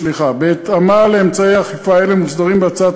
בהתאמה לאמצעי אכיפה אלה מוסדרים בהצעת